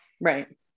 Right